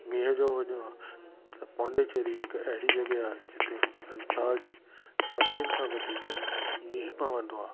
मींहं जो वञो आहे त पॉडिचेरी अहिड़ी जॻह आहे जिते संसार जी सभिनि खां वधीक मींहुं पवंदो आहे